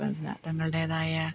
അപ്പം എന്താ തങ്ങളുടേതായ